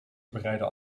bereidden